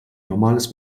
normales